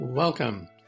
Welcome